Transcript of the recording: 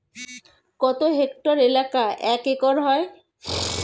কত হেক্টর এলাকা এক একর হয়?